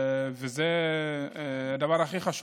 וזה הדבר הכי חשוב.